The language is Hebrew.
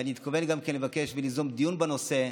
ואני מתכוון גם לבקש וליזום דיון בנושא,